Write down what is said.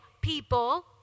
people